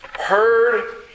heard